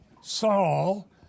Saul